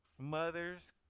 mother's